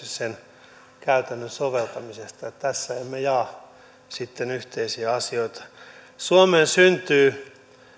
sen käytännön soveltamisesta ja tässä emme jaa sitten yhteisiä asioita suomeen syntyy